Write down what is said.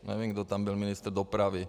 Nevím, kdo tam byl ministr dopravy.